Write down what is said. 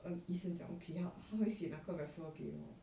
um 医生讲 okay 好他会写那个 referral letter 给我